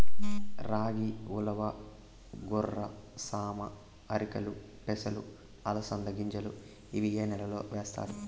రాగి, ఉలవ, కొర్ర, సామ, ఆర్కెలు, పెసలు, అలసంద గింజలు ఇవి ఏ నెలలో వేస్తారు?